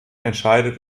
entscheidet